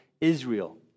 Israel